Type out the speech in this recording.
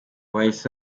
bahise